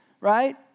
Right